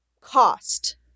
cost